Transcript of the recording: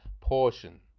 portion